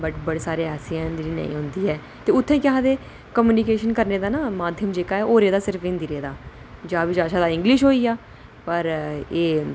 बड़े सारें ऐसे न जिने गी नेईं आंदी ऐ ते उत्थै क्या आखदे कि कमनीकेशन करने दा जेह्का माध्यम ऐ ना ओह् रेह्दा छड़ा हिंदी रेह्दा जां फ्ही इंगलिश होईयां पर एह्